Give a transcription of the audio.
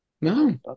No